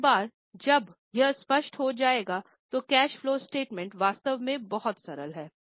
एक बार जब यह स्पष्ट हो जायेगा तो कैश फलो स्टेटमेंट वास्तव में बहुत सरल है